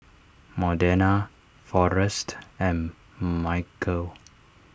Modena forrest and Michaele